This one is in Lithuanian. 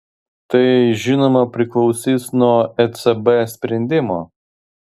tai žinoma priklausys nuo ecb sprendimo